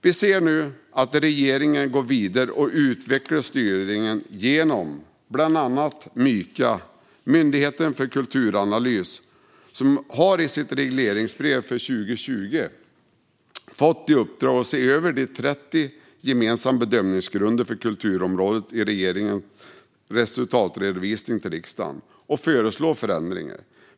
Vi ser nu att regeringen går vidare och utvecklar styrningen genom bland annat Myka, Myndigheten för kulturanalys, som i sitt regleringsbrev för 2020 har fått i uppdrag att se över de 30 gemensamma bedömningsgrunderna för kulturområdet i regeringens resultatredovisning till riksdagen och föreslå förändringar.